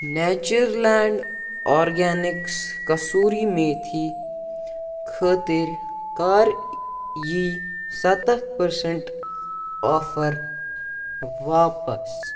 Natureland organics کٔسوٗری میتھی خٲطرٕ کَر یی ستتھ پٔرسنٛٹ آفر واپس